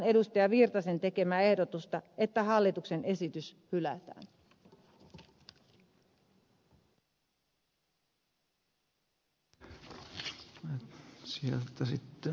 erkki virtasen tekemää ehdotusta että lakiehdotukset hylätään